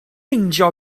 meindio